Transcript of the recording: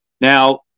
Now